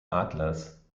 adlers